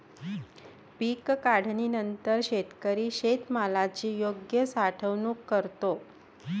पीक काढणीनंतर शेतकरी शेतमालाची योग्य साठवणूक करतो